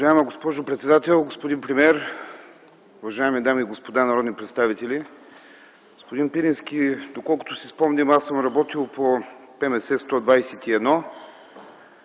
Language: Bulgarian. Уважаема госпожо председател, господин премиер, уважаеми дами и господа народни представители! Господин Пирински, доколкото си спомням, аз съм работил по ПМС № 121,